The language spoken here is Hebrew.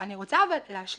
אני רוצה להשלים.